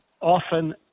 Often